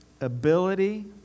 ability